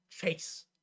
chase